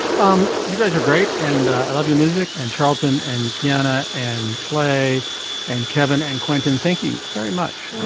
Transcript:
um you guys are great. and i love your music. and charlton and keanna and clay and kevin and quentin, thank you very much.